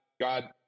God